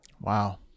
Wow